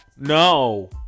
No